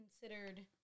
considered